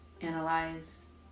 analyze